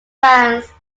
bands